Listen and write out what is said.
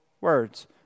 words